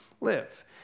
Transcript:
live